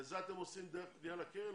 את זה אתם עושים דרך פנייה לקרן.